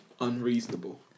unreasonable